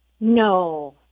No